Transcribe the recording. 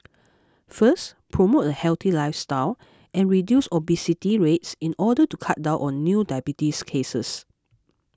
first promote a healthy lifestyle and reduce obesity rates in order to cut down on new diabetes cases